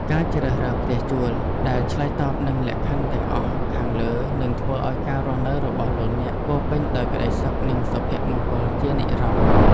ការជ្រើសរើសផ្ទះជួលដែលឆ្លើយតបនឹងលក្ខខណ្ឌទាំងអស់ខាងលើនឹងធ្វើឱ្យការរស់នៅរបស់លោកអ្នកពោរពេញដោយក្តីសុខនិងសុភមង្គលជានិរន្តរ៍។